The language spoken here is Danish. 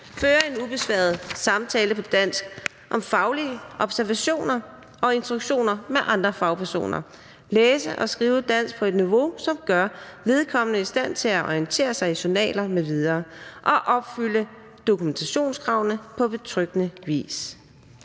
føre en ubesværet samtale på dansk om faglige observationer og instruktioner med andre fagpersoner og læse og skrive dansk på et niveau, som gør vedkommende i stand til at orientere sig i journaler m.v. og opfylde dokumentationskravene på betryggende vis.